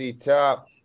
Top